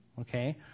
Okay